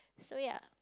so ya